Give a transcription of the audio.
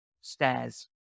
Stairs